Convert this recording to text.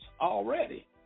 already